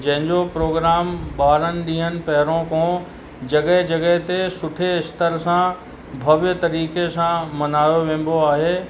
जंहिंजो प्रोग्राम ॿारहनि ॾींहनि पहिरों खां जॻहि जॻहि ते सुठे स्तर सां भव्य तरीक़े सां मल्हायो वेंदो आहे